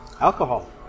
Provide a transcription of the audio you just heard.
alcohol